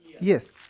yes